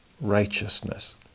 Righteousness